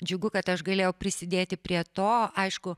džiugu kad aš galėjau prisidėti prie to aišku